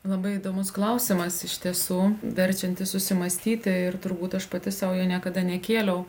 labai įdomus klausimas iš tiesų verčiantis susimąstyti ir turbūt aš pati sau jo niekada nekėliau